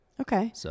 Okay